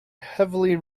heavily